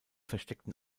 versteckten